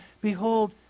behold